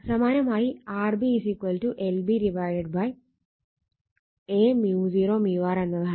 സമാനമായി RB lB Aµ0µr എന്നതാണ്